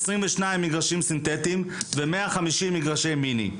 22 מגרשים סינטטיים ו-150 מגרשי מיני.